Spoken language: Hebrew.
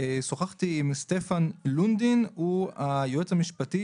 שוחחתי עם סטפן לונדינג שהוא היועץ המשפטי